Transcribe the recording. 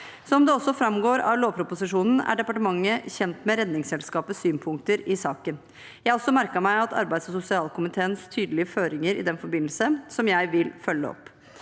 Som det også framgår av lovproposisjonen, er departementet kjent med Redningsselskapets synspunkter i saken. Jeg har også merket meg arbeids- og sosialkomiteens tydelige føringer i den forbindelse, som jeg vil følge opp.